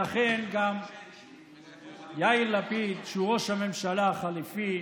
לכן, גם יאיר לפיד, שהוא ראש הממשלה החליפי,